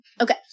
Okay